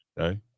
Okay